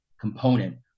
component